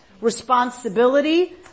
responsibility